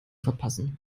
verpassen